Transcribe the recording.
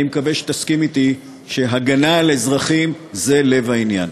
אני מקווה שתסכים אתי שהגנה על אזרחים זה לב העניין.